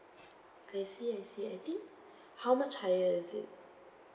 I see I see I think how much higher is it